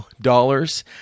dollars